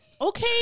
Okay